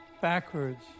backwards